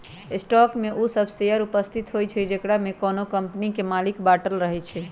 stock में उ सभ शेयर उपस्थित होइ छइ जेकरामे कोनो कम्पनी के मालिक बाटल रहै छइ